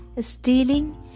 STEALING